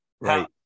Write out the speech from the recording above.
right